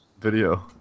video